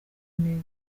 neza